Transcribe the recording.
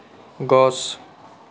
গছ